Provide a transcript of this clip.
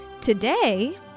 Today